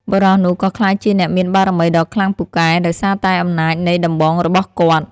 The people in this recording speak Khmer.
បុរសនោះក៏ក្លាយជាអ្នកមានបារមីដ៏ខ្លាំងពូកែ ដោយសារតែអំណាចនៃដំបងរបស់គាត់ ។